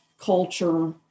culture